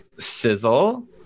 Sizzle